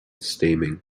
steaming